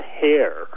hair